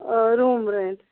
room rent